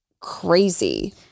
crazy